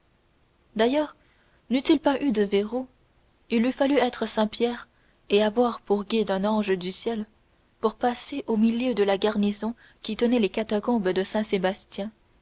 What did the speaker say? n'y eût-il pas eu de verrou il eût fallu être saint pierre et avoir pour guide un ange du ciel pour passer au milieu de la garnison qui tenait les catacombes de saint sébastien